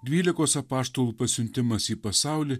dvylikos apaštalų pasiuntimas į pasaulį